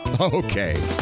Okay